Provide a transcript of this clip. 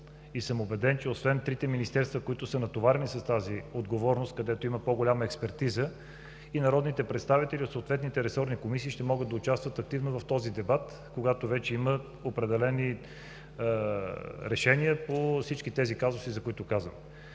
съм, че освен трите министерства, натоварени с тази отговорност, където има по-голяма експертиза, и народните представители от съответните ресорни комисии ще могат да участват активно в дебата, когато вече има определени решения по всички казуси, за които казахме.